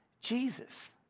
Jesus